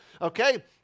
Okay